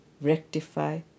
rectify